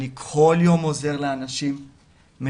אני כל יום עוזר לאנשים או